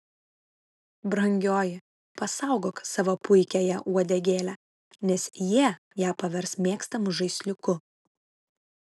brangioji pasaugok savo puikiąją uodegėlę nes jie ją pavers mėgstamu žaisliuku